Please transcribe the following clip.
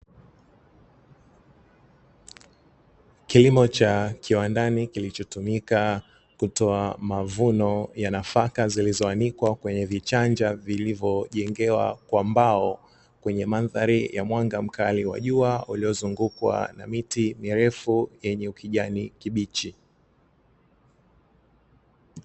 Kilimo cha kiwandani kilichotumika kutoa mavuno ya nafaka zilizoandikwa kwenye vichanja vilivyojengewa kwa mbao, kwenye mandhari ya mwanga mkali wa jua uliozungukwa na miti mirefu yenye ukijani kibichi.